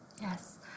Yes